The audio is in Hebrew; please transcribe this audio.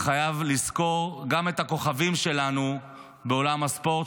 חייבים לזכור גם את הכוכבים שלנו בעולם הספורט,